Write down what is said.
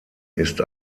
ist